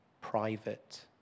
private